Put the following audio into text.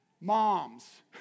Moms